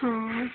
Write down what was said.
हाँ